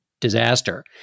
disaster